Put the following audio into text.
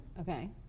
Okay